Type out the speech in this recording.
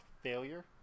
failure